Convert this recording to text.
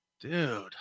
dude